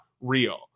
real